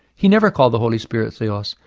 he never called the holy spirit theos,